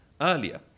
earlier